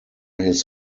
his